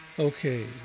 okay